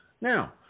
Now